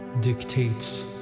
dictates